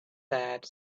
that